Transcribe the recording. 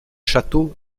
châteaux